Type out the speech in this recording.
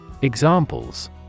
Examples